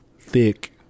thick